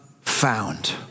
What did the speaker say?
found